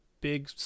big